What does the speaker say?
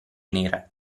nere